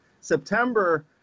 September